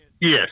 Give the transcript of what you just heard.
yes